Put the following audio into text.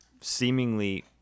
seemingly